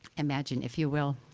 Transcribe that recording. imagine, if you will.